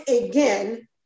again